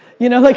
you know, like